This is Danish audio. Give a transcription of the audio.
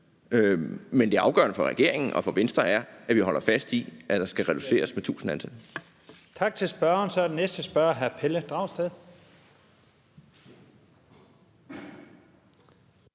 Men det afgørende for regeringen og for Venstre er, at vi holder fast i, at der skal reduceres med 1.000 ansatte. Kl. 10:39 Første næstformand (Leif Lahn